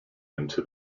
into